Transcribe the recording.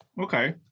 Okay